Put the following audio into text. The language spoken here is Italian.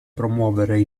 promuovere